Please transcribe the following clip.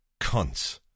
cunts